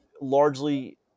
largely